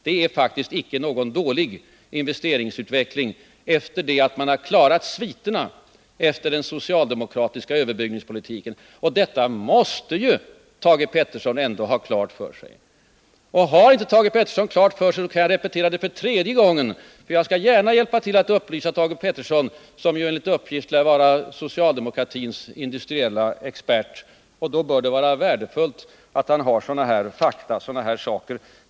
Det är faktiskt inte någon dålig investeringsutveckling, sedan man har klarat sviterna av den socialdemokratiska överbudspolitiken. Detta måste Thage Peterson ändå ha klart för sig. Annars kan jag repetera det för tredje gången. Jag skall gärna hjälpa till att upplysa Thage Peterson, som ju utsett att vara socialdemokratins industrielle expert. Då bör det vara värdefullt för honom att ha alla fakta klara för sig.